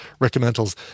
recommendals